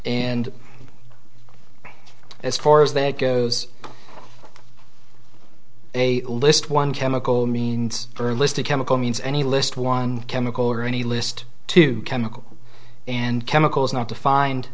and as far as that goes a list one chemical means her list of chemical means any list one chemical or any list to chemical and chemical is not to